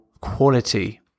quality